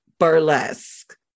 Burlesque